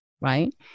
Right